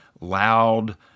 loud